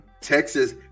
Texas